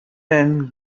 then